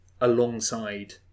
alongside